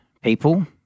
people